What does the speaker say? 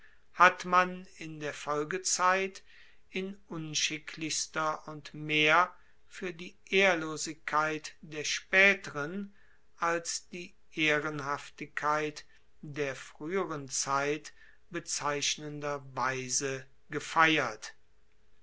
hat man in der folgezeit in unschicklichster und mehr fuer die ehrlosigkeit der spaeteren als die ehrenhaftigkeit der frueheren zeit bezeichnender weise gefeiert